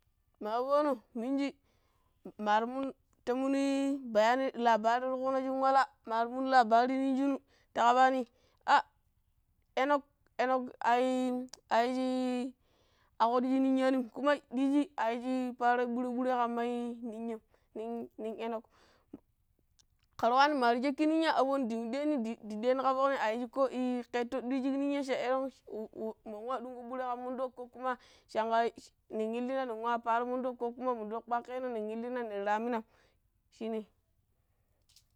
Ma aboono miniji ta muni labari ƙunno̱ shin wala maar munu labari nin shinu ta ƙabaani a-Enock, Enock a yiiji-i-a ƙnɗiji ninya̱a̱mnim kuma diiji a yiiji paaro̱ ɓure-ɓurem ƙamma ninya̱m nin Enock, ƙira wanii maa rii sha̱kki ninya̱ abooni ndan ɗeeni de de ɗeeni ƙa foƙni a yijjo ko i ƙeeto̱ toɗɗi shik ninya̱m cha elegƙui mun wa ɗungƙo ɓure ƙan munɗoƙ ko kuma chai nen illina neh wa paalo̱ muɗoƙ ko kuma muɗoƙ kpaaƙeeo̱ nen illina nen ramimam shine.